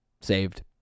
saved